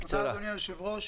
תודה רבה אדוני היושב ראש.